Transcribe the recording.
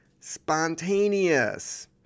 spontaneous